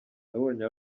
nabonye